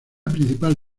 principal